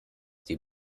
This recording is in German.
die